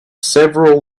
several